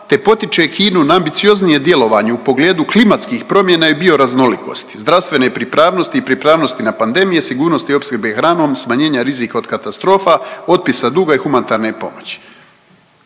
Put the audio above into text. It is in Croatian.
te potiče Kinu na ambicioznijem djelovanju u pogledu klimatskih promjena i bioraznolikosti, zdravstvene pripravnosti i pripravnosti na panedmije, sigurnosti opskrbe hranom, smanjenja rizika od katastrofa, otpisa duga i humanitarne pomoći.“.